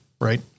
right